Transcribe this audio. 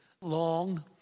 long